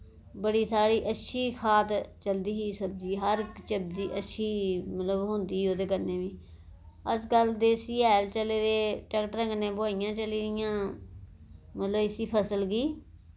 बड़ी साढ़ी अच्छी खाद चलदी ही सब्जी हर चलदी अच्छी मतलब होंदी ओह्दे कन्नै प्ही अज्जकल देसी हैल चले दे टैक्टरें कन्नै बोहाइयां चली दियां मतलब इसी फसल गी